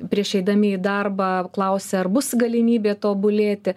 prieš eidami į darbą klausia ar bus galimybė tobulėti